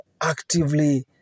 actively